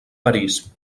parís